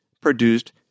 produced